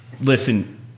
listen